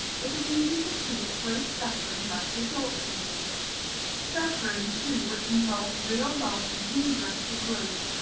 it is easy to see that great suffering must result from this suffering, too, which involves real loss and hindrance to growth.